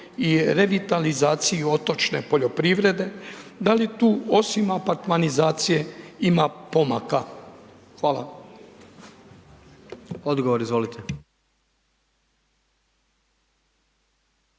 i revitalizaciji otočne poljoprivrede, da li tu osim apartmanizacija ima pomaka? Hvala. **Jandroković,